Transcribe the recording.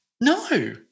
No